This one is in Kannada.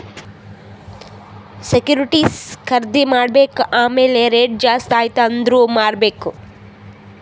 ಸೆಕ್ಯೂರಿಟಿಸ್ ಖರ್ದಿ ಮಾಡ್ಬೇಕ್ ಆಮ್ಯಾಲ್ ರೇಟ್ ಜಾಸ್ತಿ ಆಯ್ತ ಅಂದುರ್ ಮಾರ್ಬೆಕ್